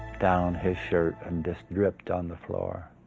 down his shirt and dripped on the floor